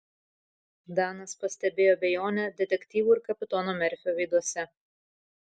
danas pastebėjo abejonę detektyvų ir kapitono merfio veiduose